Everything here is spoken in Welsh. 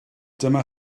dyma